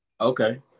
Okay